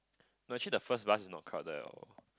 no actually the first bus is not crowded at all